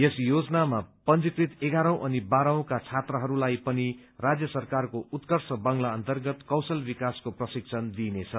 यस योजनामा पंजीकृत एघारौँ अन बाह्रऔँ का छात्राहरूलाई पनि राज्य सरकारको उत्कर्ष बंगला अन्तर्गत कौशल विकासको प्रशिक्षण दिइनेछ